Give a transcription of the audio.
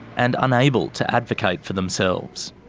and unable to advocate for themselves.